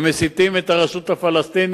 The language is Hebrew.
הם מסיתים את הרשות הפלסטינית,